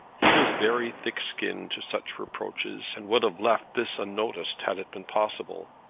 he was very thick-skinned to such reproaches, and would have left this unnoticed had it been possible.